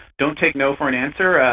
don't take no for an answer,